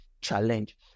challenge